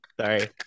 Sorry